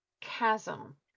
chasm